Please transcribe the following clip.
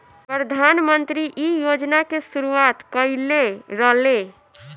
प्रधानमंत्री इ योजना के शुरुआत कईले रलें